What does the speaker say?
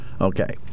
Okay